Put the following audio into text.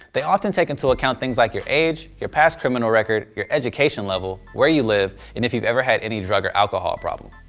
they often take into account things like your age, your past criminal record, your education level, where you live, and if you've ever had any drug or alcohol problem.